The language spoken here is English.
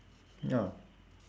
ya